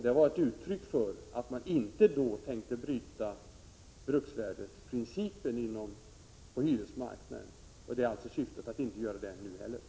Det var ett uttryck för att man inte tänkte bryta bruksvärdesprincipen på hyresmarknaden. Syftet är alltså att inte göra det nu heller.